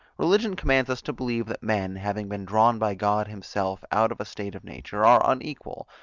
religion commands us to believe, that men, having been drawn by god himself out of a state of nature, are unequal,